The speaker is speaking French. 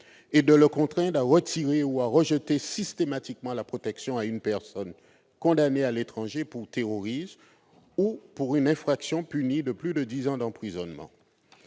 et de le contraindre à retirer ou à rejeter systématiquement la protection à une personne condamnée à l'étranger pour terrorisme ou pour une infraction punie de plus de dix ans d'emprisonnement.